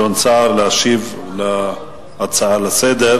החיילים בשטחים.